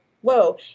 Whoa